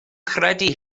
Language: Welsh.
credu